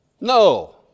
No